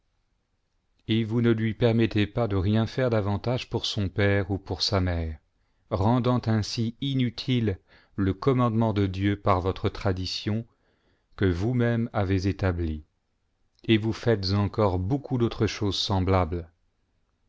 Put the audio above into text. et vous ne lui permettez pas de rien faire davantage pour son père ou pour sa mère rendant ainsi inutile le commandement de dieu par votre tradition que vousmêmes avez établie et vous faites encore beaucoup d'autres choses semblables